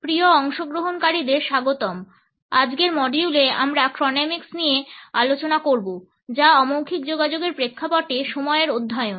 প্রিয় অংশগ্রহণকারীদের স্বাগতম আজকের মডিউলে আমরা ক্রোনেমিক্স নিয়ে আলোচনা করব যা অমৌখিক যোগাযোগের প্রেক্ষাপটে সময়ের অধ্যয়ন